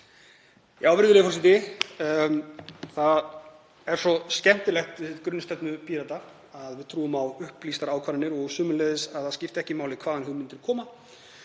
Virðulegi forseti. Það er svo skemmtilegt við grunnstefnu Pírata að við trúum á upplýstar ákvarðanir og sömuleiðis að það skipti ekki máli hvaðan hugmyndir koma.